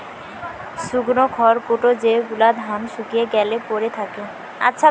শুকনো খড়কুটো যেগুলো ধান শুকিয়ে গ্যালে পড়ে থাকে